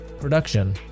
Production